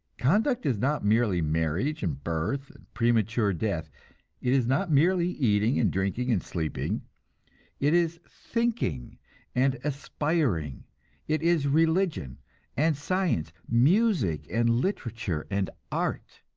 conduct is not merely marriage and birth and premature death it is not merely eating and drinking and sleeping it is thinking and aspiring it is religion and science, music and literature and art.